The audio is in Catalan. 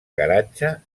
garatge